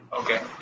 Okay